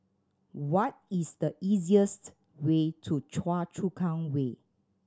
what is the easiest way to Choa Chu Kang Way